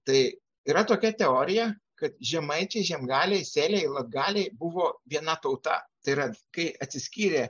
tai yra tokia teorija kad žemaičiai žiemgaliai sėliai latgaliai buvo viena tauta tai yra kai atsiskyrė